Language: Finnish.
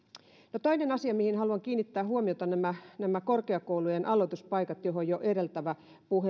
toinen asia mihin haluan kiinnittää huomiota on nämä korkeakoulujen aloituspaikat joihin jo edeltävä